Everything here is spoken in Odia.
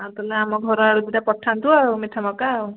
ଆଉ ତାହେଲେ ଆମ ଘରଆଡ଼େ ଦୁଇ ଟା ପଠାନ୍ତୁ ଆଉ ମିଠାମକା ଆଉ